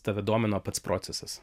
tave domino pats procesas